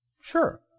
Sure